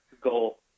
goal